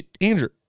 Andrew